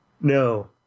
No